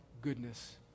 goodness